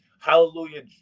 Hallelujah